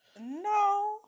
No